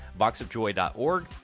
Boxofjoy.org